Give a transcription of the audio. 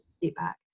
feedback